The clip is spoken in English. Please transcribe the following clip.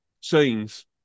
scenes